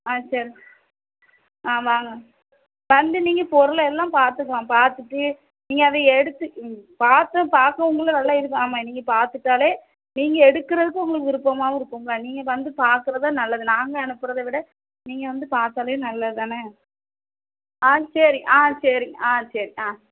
ஆ சரி ஆ வாங்க வந்து நீங்கள் பொருளெல்லாம் பார்த்துக்கலாம் பார்த்துட்டு நீங்கள் அதை எடுத்து ம் பார்த்து பார்க்கவும் நல்லா இருக்கும் ஆமாம் நீங்கள் பார்த்துட்டாலே நீங்கள் எடுக்கிறதுக்கு உங்களுக்கு விருப்பமாகவும் இருக்கும்ல நீங்கள் வந்து பார்க்குறது தான் நல்லது நாங்கள் அனுப்புறதை விட நீங்கள் வந்து பார்த்தாலே நல்லது தான ஆ சரி ஆ சரி ஆ சரி ஆ